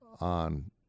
on